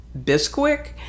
Bisquick